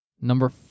Number